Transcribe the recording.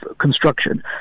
construction